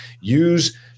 Use